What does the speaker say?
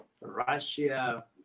russia